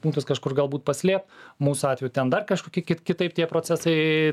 punktus kažkur gal būt paslėpt mūsų atveju ten dar kažkokie kitaip tie procesai